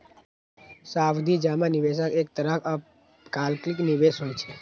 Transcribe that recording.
सावधि जमा निवेशक एक तरहक अल्पकालिक निवेश होइ छै